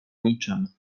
niczym